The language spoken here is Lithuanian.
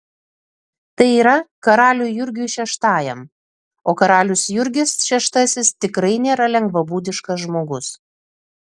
tai yra karaliui jurgiui šeštajam o karalius jurgis šeštasis tikrai nėra lengvabūdiškas žmogus